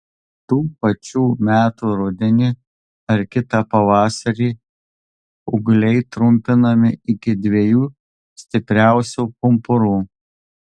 tų pačių metų rudenį ar kitą pavasarį ūgliai trumpinami iki dviejų stipriausių pumpurų